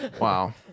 Wow